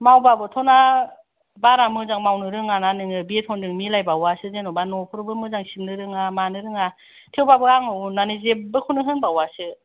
मावबाबोथ'ना बारा मोजां मावनो रोङा ना नोङो बेतनजों मिलायबावासो जेन'बा न'फोरखौ मोजां सिबनो रोङा मानो रोङा थेवबाबो आं अननानै जेबबोखौनो होनबावासो